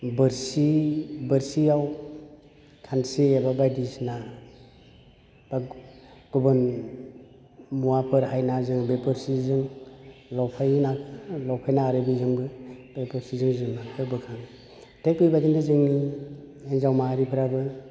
बोरसि बोरसियाव खानस्रि एबा बायदिसिना बा गुबुन मुवाफोर हायना जों बे बोरसिजों लफायो नाखौ लफायना आरो बेजोंबो बे बोरसिजों जों नाखौ बोखाङो थिग बेबायदिनो जोंनि हिन्जाव माहारिफ्राबो